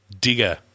Digger